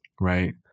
right